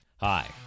Hi